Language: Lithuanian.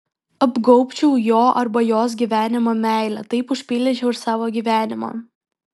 apgaubčiau jo arba jos gyvenimą meile taip užpildyčiau ir savo gyvenimą